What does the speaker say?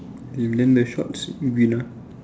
okay then the shorts green ah